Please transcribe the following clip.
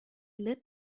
lit